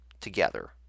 together